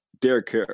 Derek